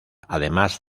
además